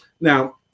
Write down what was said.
Now